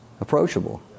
approachable